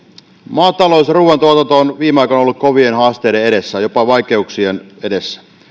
maatalous ja ruuantuotanto ovat viime aikoina olleet kovien haasteiden edessä jopa vaikeuksien edessä